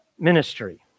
ministry